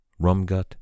Rumgut